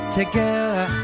together